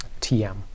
TM